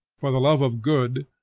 for the love of good,